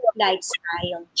lifestyle